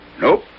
Nope